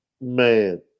Man